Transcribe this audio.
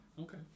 Okay